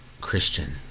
Christian